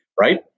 right